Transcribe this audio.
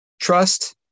Trust